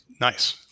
Nice